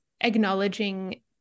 acknowledging